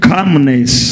Calmness